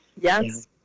yes